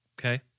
Okay